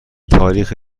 تاریخ